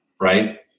right